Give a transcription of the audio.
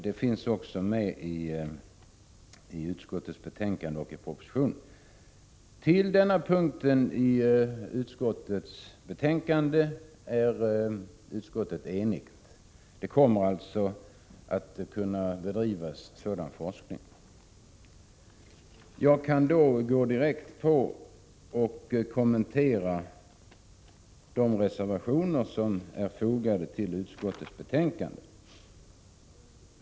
Detta finns också med i utskottets betänkande och i propositionen. På denna punkt i betänkandet är utskottet enigt — sådan forskning kommer alltså att kunna bedrivas. Jag kan då direkt övergå till att kommentera de reservationer som är fogade till utskottets betänkande.